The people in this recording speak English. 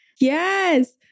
Yes